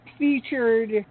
featured